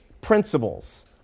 principles